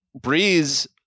Breeze